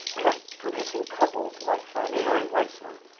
like, producing couples, like fran and barry weissler,